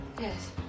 Yes